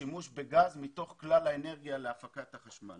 השימוש בגז מתוך כלל האנרגיה להפקת החשמל.